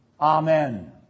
Amen